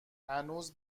هنوز